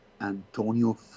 Antonio